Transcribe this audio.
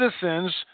citizens